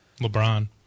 LeBron